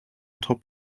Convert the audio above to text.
top